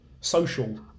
social